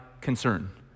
concern